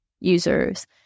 users